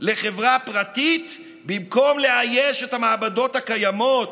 לחברה פרטית במקום לאייש את המעבדות הקיימות,